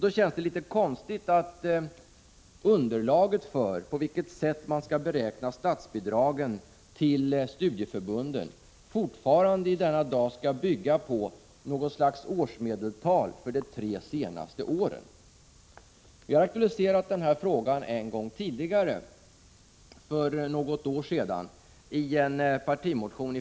Det är då märkligt att underlaget för beräkningen av statsbidragen till studieförbunden fortfarande skall bygga på något slags årsmedeltal för de tre senaste åren. Från centerns sida har vi aktualiserat den frågan en gång tidigare, för något år sedan, i en partimotion.